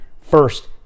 first